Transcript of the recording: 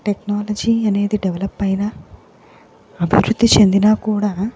technology అనేది develop అయినా అభివృద్ధి చెందినా కూడా